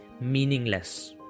meaningless